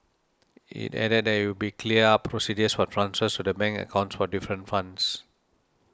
it added that it would be clear up procedures for transfers to the bank accounts for different funds